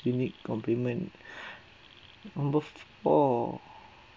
unique compliment on both all